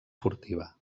furtiva